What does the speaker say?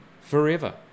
forever